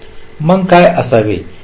मग काय असावे